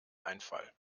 einfall